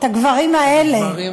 את הגברים האלה.